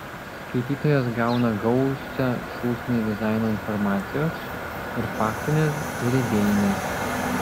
skaitytojas gauna gausią šūsnį dizaino informacijos ir faktinės ir idėjinės